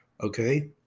Okay